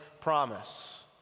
promise